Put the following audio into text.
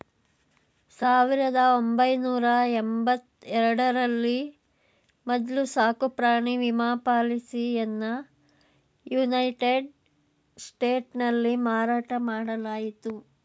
ಸಾವಿರದ ಒಂಬೈನೂರ ಎಂಬತ್ತ ಎರಡ ರಲ್ಲಿ ಮೊದ್ಲ ಸಾಕುಪ್ರಾಣಿ ವಿಮಾ ಪಾಲಿಸಿಯನ್ನಯುನೈಟೆಡ್ ಸ್ಟೇಟ್ಸ್ನಲ್ಲಿ ಮಾರಾಟ ಮಾಡಲಾಯಿತು